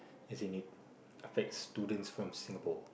as in it affects students from Singapore